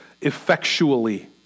effectually